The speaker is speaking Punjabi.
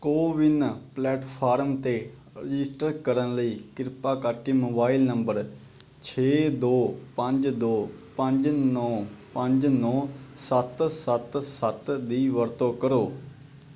ਕੋਵਿਨ ਪਲੈਟਫਾਰਮ 'ਤੇ ਰਜਿਸਟਰ ਕਰਨ ਲਈ ਕਿਰਪਾ ਕਰਕੇ ਮੋਬਾਈਲ ਨੰਬਰ ਛੇ ਦੋ ਪੰਜ ਦੋ ਪੰਜ ਨੌ ਪੰਜ ਨੌ ਸੱਤ ਸੱਤ ਸੱਤ ਦੀ ਵਰਤੋਂ ਕਰੋ